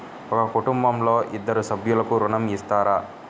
ఒక కుటుంబంలో ఇద్దరు సభ్యులకు ఋణం ఇస్తారా?